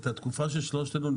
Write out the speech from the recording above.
ישבתי בוועדת הבריאות,